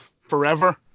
forever